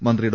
മന്ത്രി ഡോ